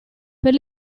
per